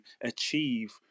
achieve